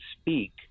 speak